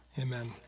Amen